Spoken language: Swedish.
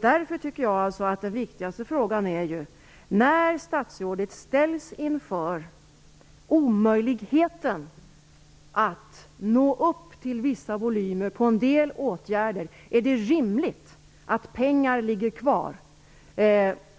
Därför tycker jag att den viktigaste frågan, när statsrådet ställs inför omöjligheten att nå upp till vissa volymer när det gäller en del åtgärder, är om det är rimligt att pengar ligger kvar